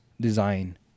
design